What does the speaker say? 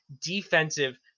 defensive